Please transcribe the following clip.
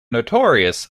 notorious